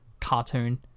cartoon